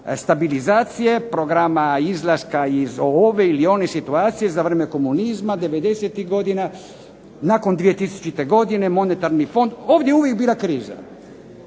stabilizacije, programa izlaska iz ove ili one situacije za vrijeme komunizma, '90.-tih godina, nakon 2000. godine Monetarni fond. Ovdje je uvijek bila kriza,